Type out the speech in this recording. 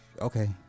okay